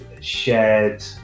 shared